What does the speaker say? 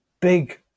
big